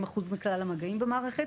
שהן 40-30 אחוז מכלל המגעים במערכת.